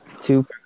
Two